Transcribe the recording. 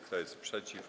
Kto jest przeciw?